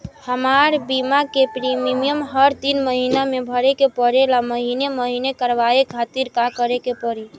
हमार बीमा के प्रीमियम हर तीन महिना में भरे के पड़ेला महीने महीने करवाए खातिर का करे के पड़ी?